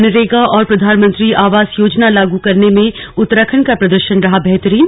मनरेगा और प्रधानमंत्री आवास योजना लागू करने में उत्तराखंड का प्रदर्शन रहा बेहतरीन